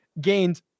gained